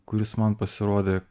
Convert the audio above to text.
kuris man pasirodė